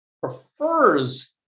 prefers